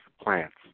plants